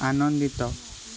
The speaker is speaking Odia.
ଆନନ୍ଦିତ